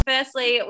Firstly